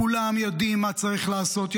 כולם יודעים מה צריך לעשות,